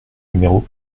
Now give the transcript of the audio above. numéro